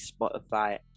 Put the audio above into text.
Spotify